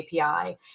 API